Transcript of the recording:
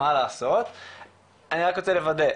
אני רק רוצה לוודא.